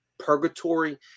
purgatory